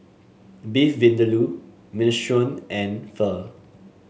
Beef Vindaloo Minestrone and Pho